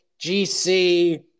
GC